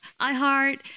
iHeart